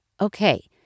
Okay